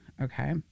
okay